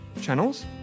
channels